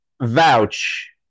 vouch